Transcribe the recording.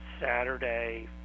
Saturday